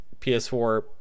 PS4